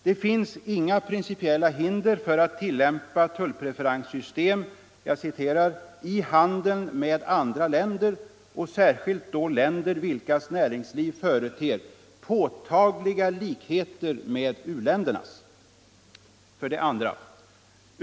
Det finns inga principiella hinder för att tillämpa tullpreferenssystem ”i handeln med andra länder, och särskilt då länder vilkas näringsliv företer påtagliga likheter med u-ländernas”. 2.